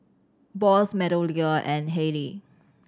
Bose MeadowLea and Haylee